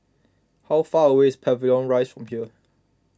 how far away is Pavilion Rise from here